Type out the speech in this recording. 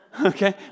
Okay